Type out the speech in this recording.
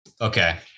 Okay